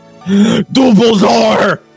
Dumbledore